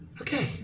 Okay